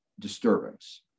disturbance